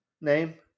name